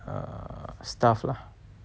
err stuff lah